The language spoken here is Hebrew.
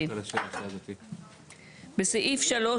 בסעיף 63,